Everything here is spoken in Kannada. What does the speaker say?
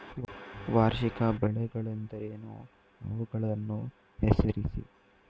ವಾರ್ಷಿಕ ಬೆಳೆಗಳೆಂದರೇನು? ಅವುಗಳನ್ನು ಹೆಸರಿಸಿ?